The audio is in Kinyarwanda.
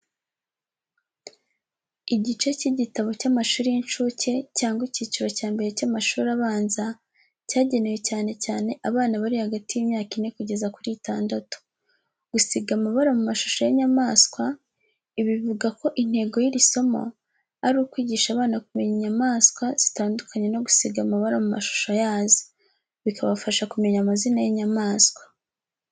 Igice cy’igitabo cy’amashuri y’incuke cyangwa icyiciro cya mbere cy’amashuri abanza, cyagenewe cyane cyane abana bari hagati y’imyaka ine kugeza kuri itandatu. Gusiga amabara mu mashusho y’inyamaswa. Ibi bivuga ko intego y’iri somo ari ukwigisha abana kumenya inyamaswa zitandukanye no gusiga amabara mu mashusho yazo, bikabafasha kumenya amazina y’inyamaswa.